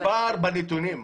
יש פער בנתונים.